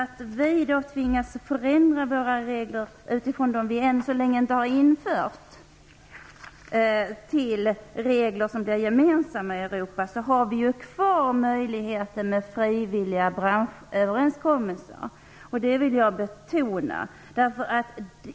Om vi tvingas förändra våra regler i förhållande till dem vi ännu inte har infört till regler som blir gemensamma i Europa har vi ju kvar möjligheten till frivilliga branschöverenskommelser. Det vill jag understryka.